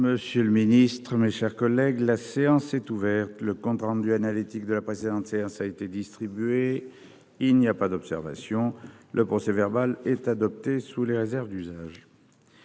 Monsieur le Ministre, mes chers collègues, la séance est ouverte. Le compte rendu analytique de la précédente séance a été distribué. Il n'y a pas d'observation, le procès verbal est adoptée sous les réserves d'usage.